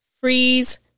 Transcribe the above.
freeze